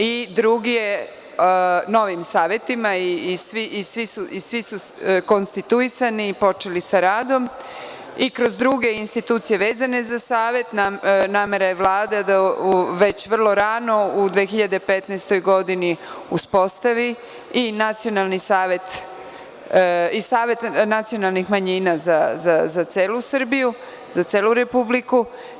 I, drugi je, novim savetima i svi su konstituisani i počeli sa radom i kroz druge institucije vezane za savet, namera je Vlade da već vrlo rano u 2015. godini uspostavi i savet nacionalnih manjina za celu Srbiju, za celu Republiku.